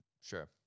sure